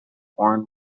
worn